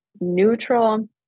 neutral